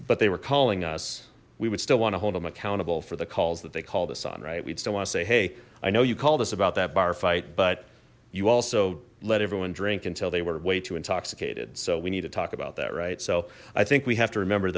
but they were calling us we would still want to hold them accountable for the calls that they called us on right we just don't want to say hey i know you called us about that bar fight but you also let everyone drink until they were way too intoxicated so we need to talk about that right so i think we have to remember